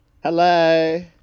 Hello